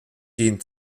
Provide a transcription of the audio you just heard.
gehen